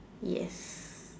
yes